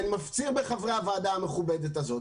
מפציר בחברי הוועדה המכובדת הזאת,